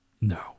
No